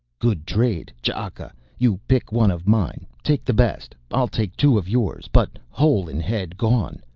good trade, ch'aka. you pick one of mine, take the best, i'll take two of yours. but hole-in-head gone.